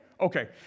okay